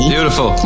Beautiful